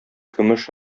көмеш